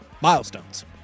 milestones